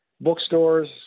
Bookstores